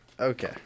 Okay